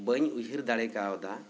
ᱵᱟᱹᱧ ᱩᱭᱦᱟᱹᱨ ᱫᱟᱲᱮ ᱠᱟᱣᱫᱟ